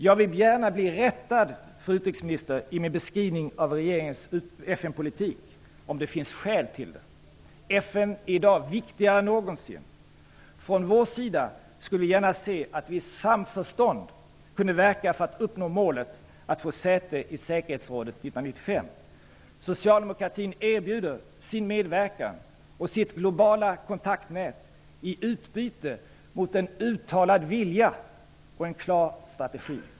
Jag vill gärna bli rättad, fru utrikesminister, i min beskrivning av regeringens FN-politik om det finns skäl till det. FN är i dag viktigare än någonsin. Jag skulle gärna se att vi i samförstånd kunde verka för att uppnå målet att få säte i säkerhetsrådet 1995. Socialdemokratin erbjuder sin medverkan och sitt globala kontaktnät i utbyte mot en uttalad vilja och en klar strategi.